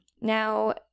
Now